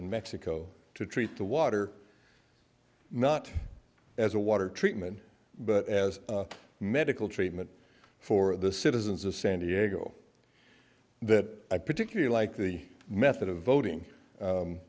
and mexico to treat the water not as a water treatment but as medical treatment for the citizens of san diego that i particularly like the method of voting